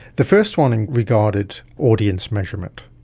the first one and regarded audience measurement.